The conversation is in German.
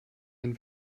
ein